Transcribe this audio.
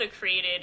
created